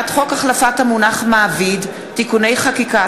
החלפת המונח מעביד (תיקוני חקיקה),